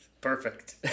Perfect